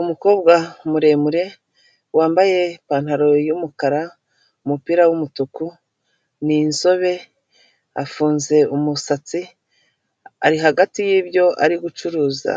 Umukobwa muremure wambaye ipantaro y'umukara, umupira w'umutuku, ni inzobe, afunze umusatsi, ari hagati y'ibyo ari gucuruza,